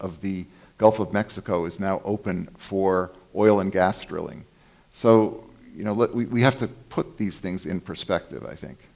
of the gulf of mexico is now open for oil and gas drilling so you know look we have to put these things in perspective i think